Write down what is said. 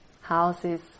houses